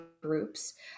groups